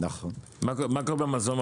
מה קורה במזון?